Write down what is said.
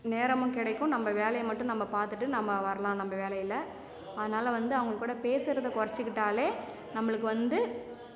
நேரமும் கிடைக்கும் நம்ப வேலையை மட்டும் நம்ப பார்த்துட்டு நம்ம வரலாம் நம்ப வேலையில் அதனால் வந்து அவங்க கூட பேசுறதை குறைத்திட்டாலே நம்பளுக்கு வந்து